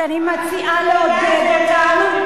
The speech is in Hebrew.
שאני מציעה לעודד אותם,